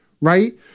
right